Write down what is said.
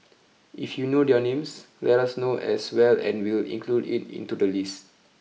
if you know their names let us know as well and we'll include it into the list